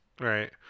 Right